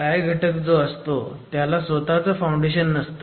tie घटक जो असतो त्याला स्वतःचं फाउंडेशन नसतं